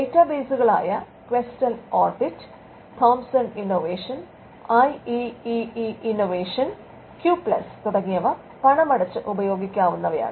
data ബേസുകളായ Questel Orbit Thomson Innovation I E E E Innovation Q Plus തുടങ്ങിയവ പണമടച്ച് ഉപയോഗിക്കാവുന്നവയാണ്